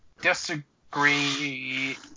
disagree